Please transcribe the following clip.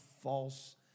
false